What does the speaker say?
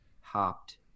hopped